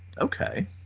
okay